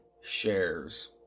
shares